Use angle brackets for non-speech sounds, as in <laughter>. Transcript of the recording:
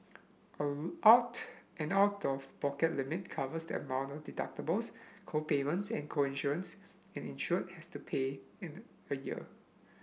<unintelligible> out an out of pocket limit covers the amount of deductibles co payments and co insurance an insured has to pay in a year